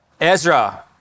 Ezra